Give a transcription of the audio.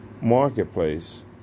marketplace